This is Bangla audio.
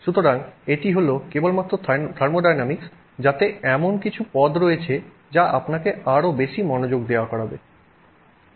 সুতরাং এটি হল কেবলমাত্র থার্মোডায়নামিক্স যাতে এমন কিছু পদ রয়েছে যা আপনাকে আরও বেশি মনোযোগ দেওয়া করাবে